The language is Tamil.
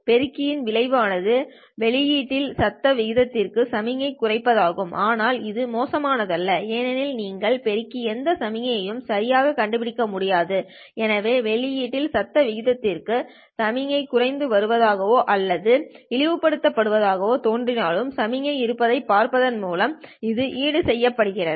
பெருக்கியின் விளைவு ஆனது வெளியீடு இல் சத்தம் விகிதத்திற்கு சமிக்ஞை குறைப்பதாகும் ஆனால் இது மோசமானதல்ல ஏனெனில் நீங்கள் பெருக்கி எந்த சமிக்ஞையையும் சரியாகக் கண்டுபிடிக்க முடியாது எனவே வெளியீடு இல் சத்தம் விகிதத்திற்கு சமிக்ஞை குறைந்து வருவதாகவோ அல்லது இழிவுபடுத்துவதாகவோ தோன்றினாலும் சமிக்ஞை இருப்பதைப் பார்ப்பதன் மூலம் இது ஈடுசெய்யப்படுகிறது